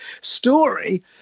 story